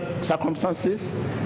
circumstances